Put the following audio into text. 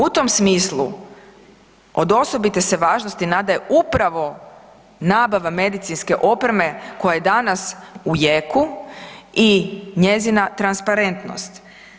U tom smislu od osobite se važnosti … [[Govornik se ne razumije]] upravo nabava medicinske opreme koja je danas u jeku i njezina transparentnost.